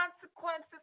consequences